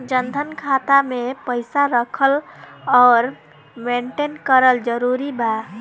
जनधन खाता मे पईसा रखल आउर मेंटेन करल जरूरी बा?